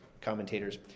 commentators